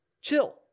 chill